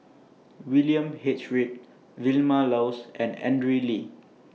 William H Read Vilma Laus and Andrew Lee